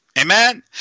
Amen